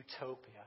utopia